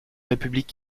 république